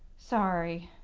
sorry.